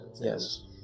Yes